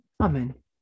Amen